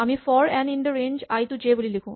আমি for n in the range i to j বুলি লিখো